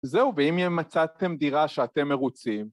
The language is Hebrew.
זהו, ואם מצאתם דירה שאתם מרוצים...